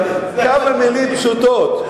כמה מלים פשוטות.